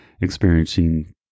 experiencing